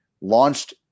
launched